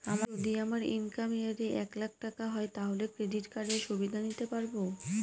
আমার income year এ এক লাক টাকা হয় তাহলে ক্রেডিট কার্ড এর সুবিধা নিতে পারবো?